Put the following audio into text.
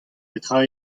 petra